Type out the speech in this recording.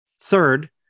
Third